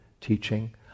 teaching